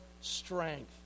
strength